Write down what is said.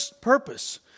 purpose